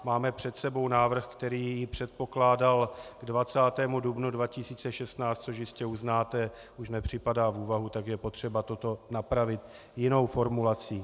Máme před sebou návrh, který předpokládal k 20. dubnu 2016, což jistě uznáte, už nepřipadá v úvahu, tak je potřeba toto napravit jinou formulací.